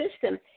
system